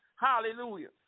Hallelujah